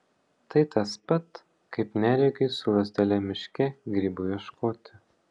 tai tas pat kaip neregiui su lazdele miške grybų ieškoti